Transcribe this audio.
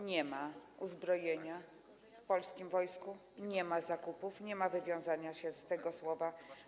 Nie ma uzbrojenia w polskim wojsku, nie ma zakupów, nie ma wywiązania się z tego słowa.